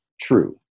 true